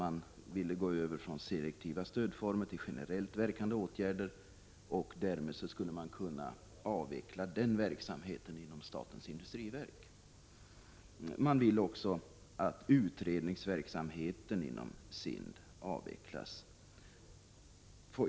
Man ville då gå över från selektiva stödformer till generellt verkande åtgärder, och därmed skulle den verksamheten inom statens industriverk kunna avvecklas. Man vill också att utredningsverksamheten inom SIND avvecklas.